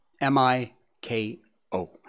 M-I-K-O